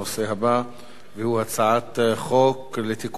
הצעת חוק לתיקון פקודת הראיות (מס'